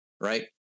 right